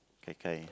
Gai-Gai